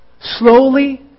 Slowly